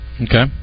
Okay